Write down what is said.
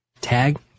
tag